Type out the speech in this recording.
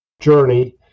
journey